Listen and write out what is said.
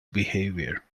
behaviour